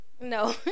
No